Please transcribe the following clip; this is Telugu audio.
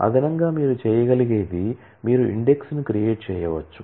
అదనంగా మీరు చేయగలిగేది మీరు ఇండెక్స్ ను క్రియేట్ చేయవచ్చు